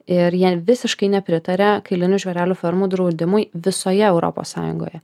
ir jie visiškai nepritaria kailinių žvėrelių fermų draudimui visoje europos sąjungoje